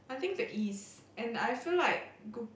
I think the ease and I feel like Goo~